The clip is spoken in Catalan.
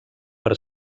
per